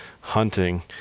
hunting